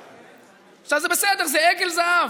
עכשיו, זה בסדר, זה עגל זהב.